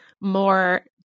more